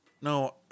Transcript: No